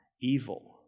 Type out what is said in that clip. evil